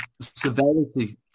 severity